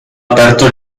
aperto